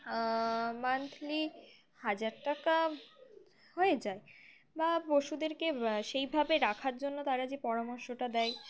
monthly হাজার টাকা হয়ে যায় বা পশুদেরকে সেইভাবে রাখার জন্য তারা যে পরামর্শটা দেয়